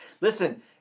Listen